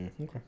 Okay